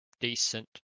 decent